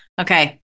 Okay